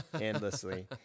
endlessly